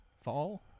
Fall